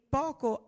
poco